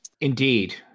Indeed